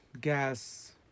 gas